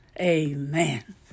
Amen